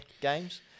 games